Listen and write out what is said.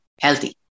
healthy